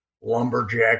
lumberjack